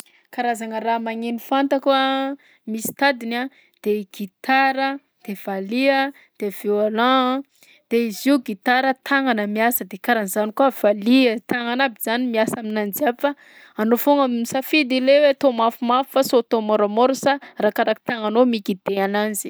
Karazagna raha maneno fantako a misy tadiny a: de i gitara de valiha de violent-gna de izy io gitara tagnana miasa de karahan'zany koa valiha tagnana aby zany miasa aminazy jiaby fa anao foagna no misafidy le hoe atao mafimafy fa sy ho atao môramôra sa arakaraka tagnanao miguide ananzy.